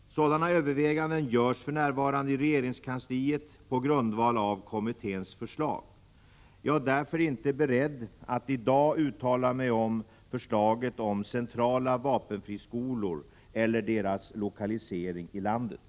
Sådana överväganden görs för närvarande i regeringskansliet på grundval av kommitténs förslag. Jag är därför inte beredd att i dag uttala mig om förslaget om centrala vapenfriskolor eller deras lokalisering i landet.